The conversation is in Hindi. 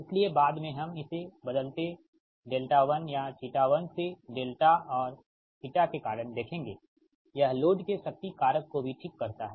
इसलिए बाद में हम इस बदलते δ1 या θ1 से δ और θ के कारण देखेंगे यह लोड के शक्ति कारक को भी ठीक करता है